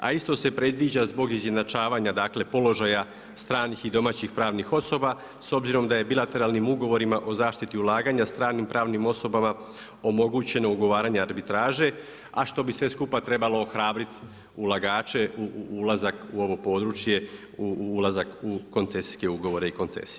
A isto se predviđa zbog izjednačavanja položaja stranih i domaćih pravnih osoba, s obzirom da je bilateralnim ugovorima o zaštiti ulaganja stranim pravnim osobama omogućeno ugovaranje arbitraže, a što bi sve skupa trebalo ohrabrit ulagače u ulazak u ovo područje u ulazak u koncesijske ugovore i koncesije.